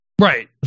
right